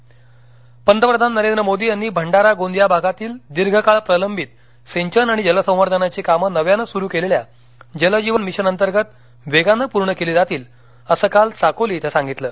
निवडणुक भंडारा गोंदिया जळगाव पंतप्रधान नरेंद्र मोदी यांनी भंडारा गोंदिया भागातील दीर्घकाळ प्रलंबित सिंचन आणि जल संवर्धनाची कामं नव्याने सुरु केलेल्या जल जीवन मिशन अंतर्गत वेगानं पूर्ण केली जातील असं काल साकोली इथं सांगितलं